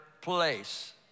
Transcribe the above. place